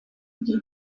gihe